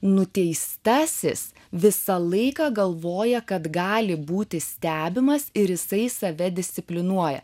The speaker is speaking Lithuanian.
nuteistasis visą laiką galvoja kad gali būti stebimas ir jisai save disciplinuoja